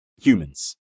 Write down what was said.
humans